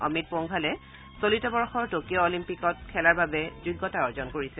অমিত পোংঘালে চলিত বৰ্ষৰ টকিঅ' অলিম্পিকত খেলাৰ বাবে যোগ্যতা অৰ্জন কৰিছে